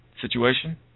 situation